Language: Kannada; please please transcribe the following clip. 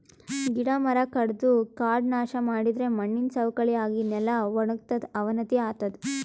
ಗಿಡ ಮರ ಕಡದು ಕಾಡ್ ನಾಶ್ ಮಾಡಿದರೆ ಮಣ್ಣಿನ್ ಸವಕಳಿ ಆಗಿ ನೆಲ ವಣಗತದ್ ಅವನತಿ ಆತದ್